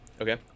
okay